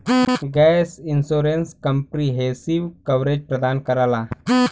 gap insurance comprehensive coverage प्रदान करला